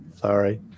Sorry